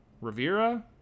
Rivera